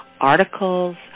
articles